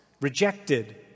rejected